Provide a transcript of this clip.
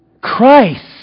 Christ